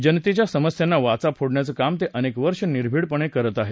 जनतेच्या समस्यांना वाचा फोडण्याचं काम ते अनेक वर्ष निर्भीडपणे करत आहेत